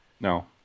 No